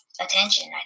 attention